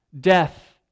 Death